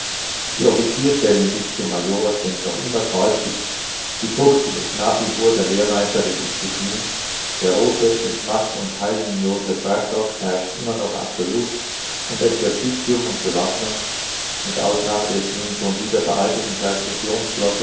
die offizierstellen bis zum major sind noch immer käuflich die fuchtel ist nach wie vor der lehrmeister der disziplin der rote geschmack und taillenlose frackrock herrscht immer noch absolut und exerzitium und bewaffnung mit ausnahme des nun schon wieder veralteten